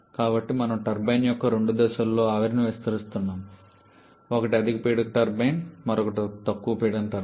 కాబట్టి ఇక్కడ మనము టర్బైన్ యొక్క రెండు దశల్లో ఆవిరిని విస్తరిస్తున్నాము ఒకటి అధిక పీడన టర్బైన్ మరియు మరొకటి తక్కువ పీడన టర్బైన్